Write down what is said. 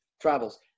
travels